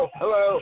hello